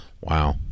wow